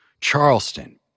Charleston